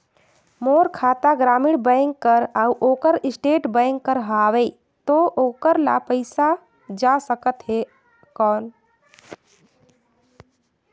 मोर खाता ग्रामीण बैंक कर अउ ओकर स्टेट बैंक कर हावेय तो ओकर ला पइसा जा सकत हे कौन?